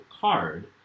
card